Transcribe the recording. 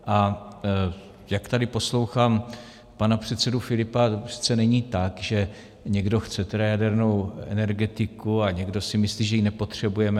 A jak tady poslouchám pana předsedu Filipa, to přece není tak, že někdo chce jadernou energetiku a někdo si myslí, že ji nepotřebujeme.